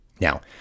Now